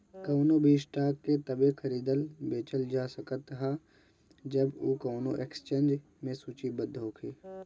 कवनो भी स्टॉक के तबे खरीदल बेचल जा सकत ह जब उ कवनो एक्सचेंज में सूचीबद्ध होखे